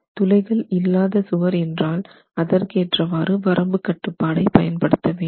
துளைகள் இல்லாத சுவர் என்றால் அதற்கு ஏற்றவாறு வரம்பு கட்டுப்பாட்டை பயன்படுத்த வேண்டும்